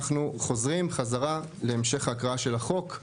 ואנחנו נחזור תכף חזרה להמשך הקראה של החוק.